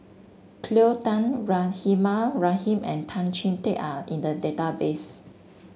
Cleo Thang Rahimah Rahim and Tan Chee Teck are in the database